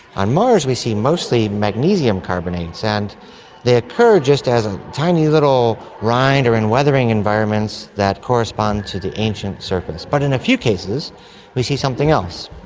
on mars we see mostly magnesium carbonates, and they occur just as a tiny little rind or in weathering environments that correspond to the ancient surface. but in a few cases we see something else,